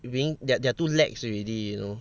being they they're too lax already you know